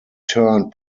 turned